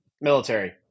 military